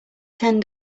ten